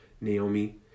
Naomi